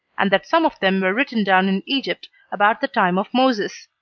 and that some of them were written down in egypt about the time of moses.